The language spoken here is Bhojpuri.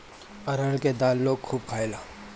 अरहर के दाल लोग खूब खायेला